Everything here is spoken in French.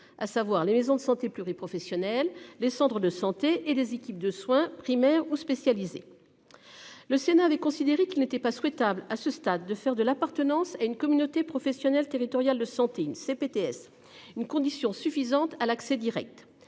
à savoir les maisons de santé. Pluri-pluriprofessionnelles. Les centres de santé et des équipes de soins primaires au spécialisé. Le Sénat avait considéré qu'il n'était pas souhaitable à ce stade de faire de l'appartenance à une communauté professionnelle territoriale de santé une CPTS une condition suffisante à l'accès Direct.